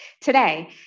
Today